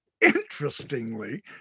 interestingly